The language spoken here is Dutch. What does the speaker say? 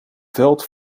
veld